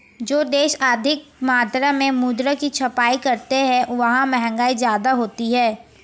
जो देश अधिक मात्रा में मुद्रा की छपाई करते हैं वहां महंगाई ज्यादा होती है